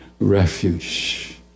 Refuge